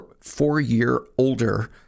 four-year-older